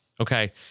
Okay